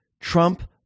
Trump